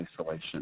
isolation